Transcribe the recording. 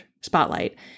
spotlight